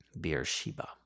Beersheba